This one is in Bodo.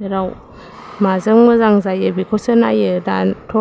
जेराव माजों मोजां जायो बिखौसो नायो दाथ'